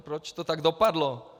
Proč to tak dopadlo?